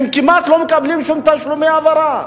הן כמעט לא מקבלות שום תשלומי העברה,